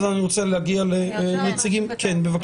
בבקשה כי אני רוצה להגיע לנציגים נוספים.